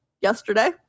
yesterday